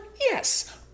Yes